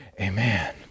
Amen